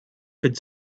could